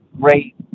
great